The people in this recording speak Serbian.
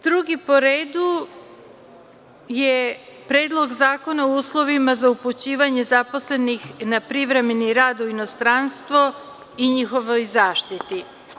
Drugi po redu je Predlog zakona o uslovima za upućivanje zaposlenih na privremeni rad u inostranstvo i njihovoj zaštiti.